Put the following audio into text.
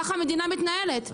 ככה המדינה מתנהלת,